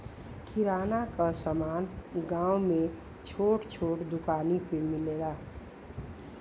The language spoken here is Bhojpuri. किराना क समान गांव में छोट छोट दुकानी पे मिलेला